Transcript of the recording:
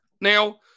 Now